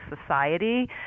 society